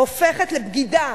הופכת לבגידה: